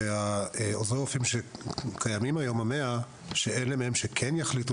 ש-100 עוזרי הרופא שקיימים היום אלה מהם שיחליטו